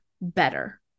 better